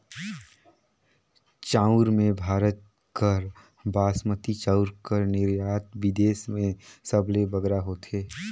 चाँउर में भारत कर बासमती चाउर कर निरयात बिदेस में सबले बगरा होथे